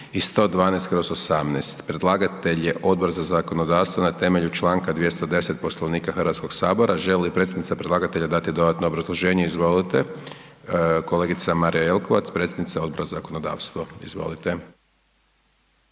112/18). Predlagatelj je Odbor za zakonodavstvo na temelju čl. 210. Poslovnika HS. Želi li predstavnica predlagatelja dati dodatno obrazloženje? Izvolite, kolegica Marija Jelkovac, predsjednica Odbora za zakonodavstvo, izvolite.